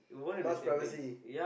much privacy